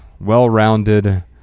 well-rounded